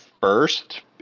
first